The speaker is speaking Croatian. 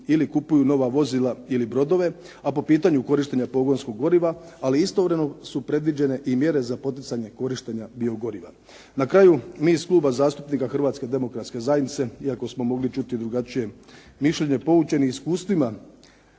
ili kupuju nova vozila ili brodove, a po pitanju korištenja pogonskog goriva, ali istovremeno su predviđene i mjere za poticanje korištenja biogoriva. Na kraju, mi iz Kluba zastupnika Hrvatske demokratske zajednice, iako smo mogli čuti drugačije mišljenje poučeni iskustvima